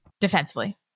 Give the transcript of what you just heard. defensively